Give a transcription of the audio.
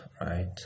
right